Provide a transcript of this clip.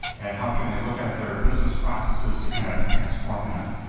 and how can they look at their business processes to kind of transform that.